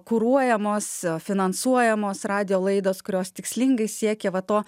kuruojamos finansuojamos radijo laidos kurios tikslingai siekė va to